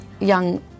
young